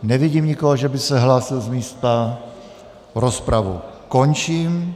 Nevidím nikoho, že by se hlásil z místa, rozpravu končím.